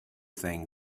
thing